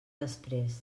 després